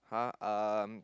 !huh! um